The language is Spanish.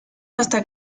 hasta